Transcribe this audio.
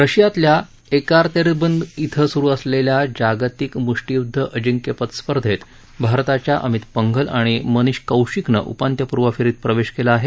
रशियातल्या Yekaterinburg शिं सुरु असलेल्या जागतिक मुष्टीयुद्ध अजिंक्यपद स्पर्धेत भारताच्या अमित पंघल आणि मनिश कौशिकनं उपांत्यपूर्व फेरीत प्रवेश केला आहे